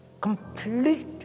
complete